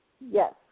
Yes